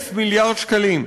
1,000 מיליארד שקלים.